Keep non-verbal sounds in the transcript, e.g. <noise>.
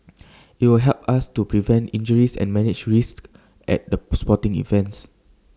IT will help us to prevent injuries and manage risks at the <noise> sporting events